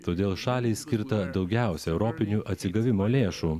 todėl šaliai skirta daugiausiai europinių atsigavimo lėšų